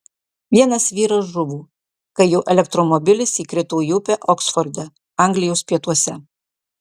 vienas vyras žuvo kai jo elektromobilis įkrito į upę oksforde anglijos pietuose